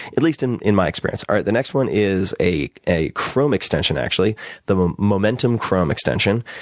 at least in in my experience. alright, the next one is a a chrome extension, actually the momentum chrome extension.